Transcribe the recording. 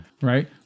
Right